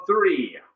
three